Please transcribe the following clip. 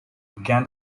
began